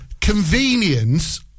Convenience